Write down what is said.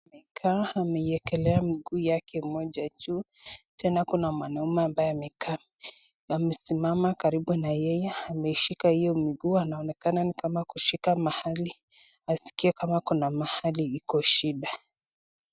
Amekaa, ameiekelea mguu yake mmoja juu. Tena kuna mwanaume ambaye ameka amesimama karibu na yeye. Ameishika hiyo mguu. Anaonekana ni kama kushika mahali askie kama kuna mahali iko shida.